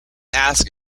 ask